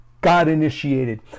God-initiated